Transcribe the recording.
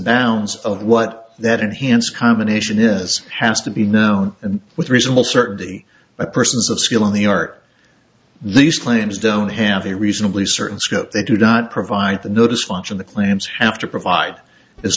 bounds of what that enhanced combination is has to be known and with reasonable certainty by persons of skill in the art these claims don't have a reasonably certain scope they do not provide the notice function the claims have to provide as